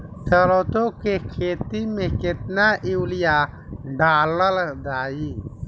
सरसों के खेती में केतना यूरिया डालल जाई?